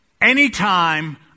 Anytime